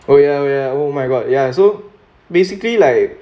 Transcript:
oh ya oh ya oh my god ya so basically like